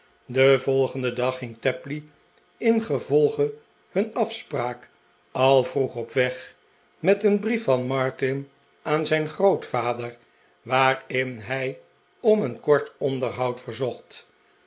den volgenden dag ging tapley ingevolge hun afspraak al vroeg op weg met een brief van martin aan zijn grootvader waarin hij om een kort onderhoud verzocht